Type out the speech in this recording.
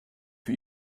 für